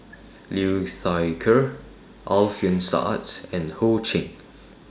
Liu Thai Ker Alfian Sa'at and Ho Ching